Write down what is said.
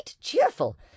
cheerful